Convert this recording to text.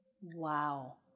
Wow